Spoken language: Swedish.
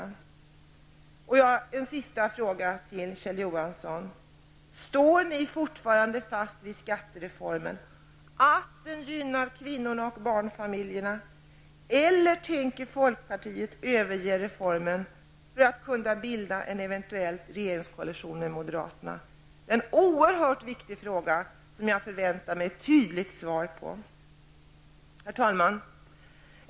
Jag vill ställa en sista fråga till Kjell Johansson: Står ni i folkpartiet fortfarande fast vid skattereformen, vid detta med att den gynnar kvinnorna och barnfamiljerna, eller tänker ni överge reformen för att eventuellt bilda en regeringskoalition med moderaterna? Det är en oerhört viktig fråga som jag förväntar mig ett tydligt svar på. Herr talman!